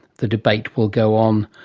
the debate will go on.